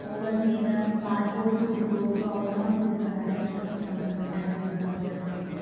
पोइ वरी इन काडबोड जो जेको हूंदो आहे उन मां बि असां ॾाढा सुठा सुठा घर ठाहे विधा हुआसीं